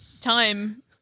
time